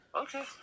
Okay